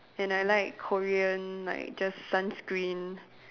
and I like Korean like just sunscreen